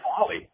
folly